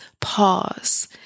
pause